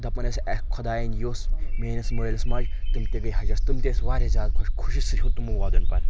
دپان ٲسۍ اکھ خۄدایَن یوٚژھ میٲنِس مٲلِس ماجہِ تِم تہِ گٔے حجس تِم تہِ ٲسۍ واریاہ زیادٕ خۄش خوشی سۭتۍ ہیوٚت تِمو ودُن پر